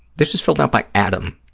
this is filled out by adam,